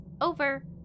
Over